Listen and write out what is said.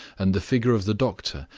and the figure of the doctor,